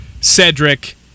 Cedric